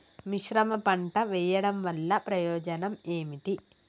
మిశ్రమ పంట వెయ్యడం వల్ల ప్రయోజనం ఏమిటి?